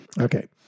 Okay